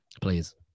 Please